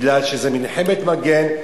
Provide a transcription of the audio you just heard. מכיוון שזו מלחמת מגן,